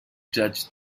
judged